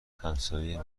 همسایه